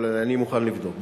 אבל אני מוכן לבדוק.